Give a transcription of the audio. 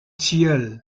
tilleuls